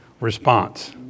response